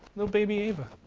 little baby ava.